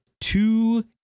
two